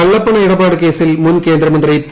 കള്ളപ്പണ ഇടപാട് കേസിൽ മുൻകേന്ദ്രമന്ത്രി പി